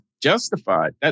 justified